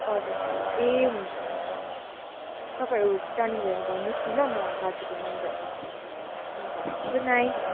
हजुर ए हुन्छ हुन्छ हुन्छ तपाईँहरू जानुभयो भने भन्नुहोस् नि ल दाजुको नम्बर दिन्छु हुन्छ गुड नाइट